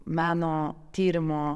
meno tyrimo